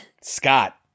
Scott